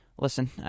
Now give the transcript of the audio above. Listen